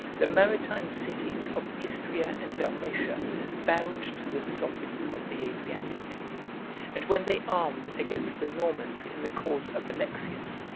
the maritime cities of istria and dalmatia bowed to the sovereigns of the adriatic and when they armed against the normans in the cause of alexius,